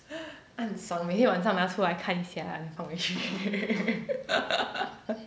看爽每天晚上拿出来看一下 then 放回去